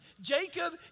Jacob